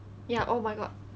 ya oh my god